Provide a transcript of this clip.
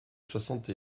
soixante